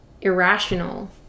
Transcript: irrational